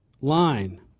line